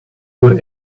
were